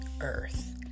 earth